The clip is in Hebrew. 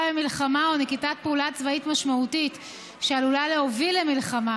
במלחמה או על נקיטת פעולה צבאית משמעותית שעלולה להוביל למלחמה